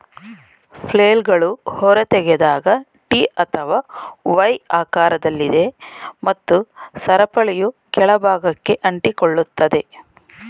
ಫ್ಲೇಲ್ಗಳು ಹೊರತೆಗೆದಾಗ ಟಿ ಅಥವಾ ವೈ ಆಕಾರದಲ್ಲಿದೆ ಮತ್ತು ಸರಪಳಿಯು ಕೆಳ ಭಾಗಕ್ಕೆ ಅಂಟಿಕೊಳ್ಳುತ್ತದೆ